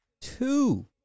Two